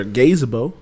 gazebo